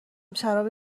شراب